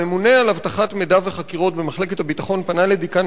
הממונה על אבטחת מידע וחקירות במחלקת הביטחון פנה לדיקן